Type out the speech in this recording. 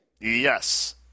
Yes